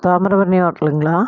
தாமிரபரணி ஹோட்டலுங்களா